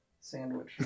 sandwich